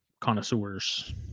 connoisseurs